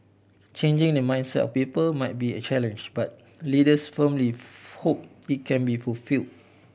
changing the mindset of people might be a challenge but leaders firmly hope it can be fulfil